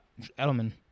Edelman